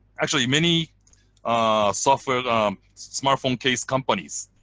actually many smartphone um smartphone case companies,